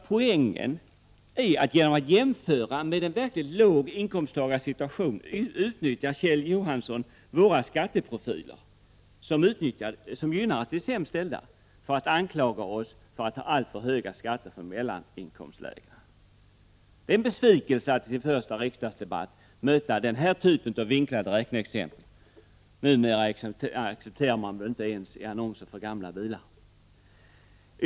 Poängen är att genom att jämföra med en verklig låginkomsttagares situation utnyttjar Kjell Johansson våra skatteprofiler, som gynnar de sämst ställda, för att anklaga oss för att ha alltför höga skatter för mellaninkomstlägena. Det är en besvikelse att i sin första riksdagsdebatt möta den här typen av vinklade räkneexempel. Numera accepterar man väl inte sådant ens i annonser för gamla bilar.